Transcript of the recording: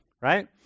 right